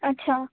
अच्छा